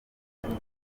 bamaze